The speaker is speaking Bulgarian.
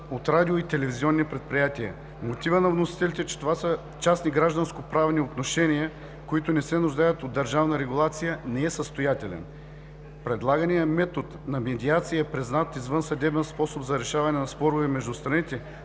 от радио- и телевизионни предприятия. Мотивът на вносителите, че това са частни гражданскоправни отношения, които не се нуждаят от държавна регулация, не е състоятелен. Предлаганият метод на медиация е признат извънсъдебен способ за решаване на спорове между страните,